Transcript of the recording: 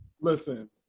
Listen